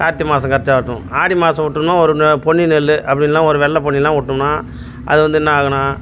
கார்த்திகை மாதம் கடைசியாக அறுத்துடுவோம் ஆடி மாதம் விட்டோம்னா ஒரு நெ பொன்னி நெல் அப்படி இல்லைன்னா ஒரு வெள்ளை பொன்னிலாம் விட்டோம்னா அது வந்து என்ன ஆகுன்னால்